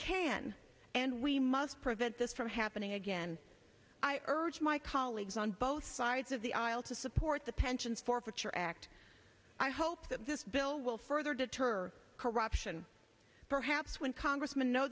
can and we must prevent this from happening again i urge my colleagues on both sides of the aisle to support the pensions forfeiture act i hope that this bill will further deter corruption perhaps when congressmen know